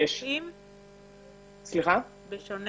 בשונה